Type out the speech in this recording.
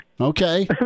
Okay